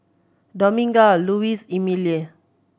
Dominga Lois Emelie